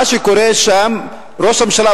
מה שקורה שם הוא שראש הממשלה,